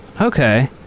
okay